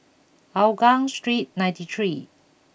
Hougang Street ninety three